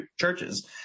churches